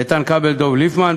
איתן כבל ודב ליפמן,